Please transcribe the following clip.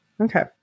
Okay